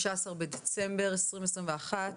15 בדצמבר 2021,